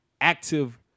active